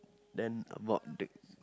then